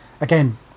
again